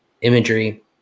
imagery